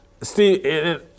Steve